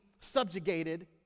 subjugated